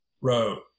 row